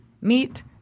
Meet